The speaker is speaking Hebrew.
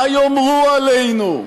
מה יאמרו עלינו?